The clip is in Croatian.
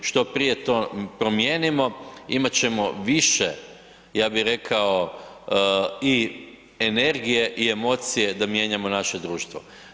Što prije to promijenimo imat ćemo više ja bi rekao i energije i emocije da mijenjamo naše društvo.